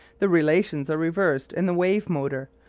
the relations are reversed in the wave-motor,